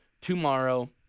tomorrow